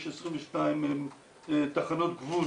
יש 22 תחנות גבול